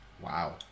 wow